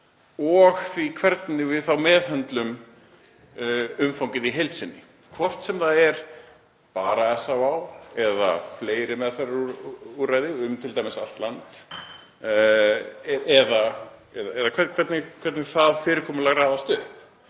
og því hvernig við meðhöndlum umfangið í heild sinni, hvort sem það er bara SÁÁ eða fleiri meðferðarúrræði um allt land eða hvernig það fyrirkomulag raðast upp.